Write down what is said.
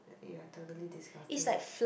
ya totally disgusting